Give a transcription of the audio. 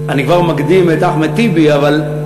אני כבר מקדים את אחמד טיבי, אבל,